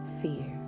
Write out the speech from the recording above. fear